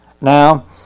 Now